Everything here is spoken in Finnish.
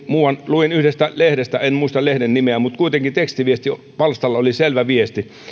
luin yhdestä lehdestä en muista lehden nimeä mutta kuitenkin tekstiviestipalstalta selvän viestin